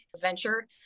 venture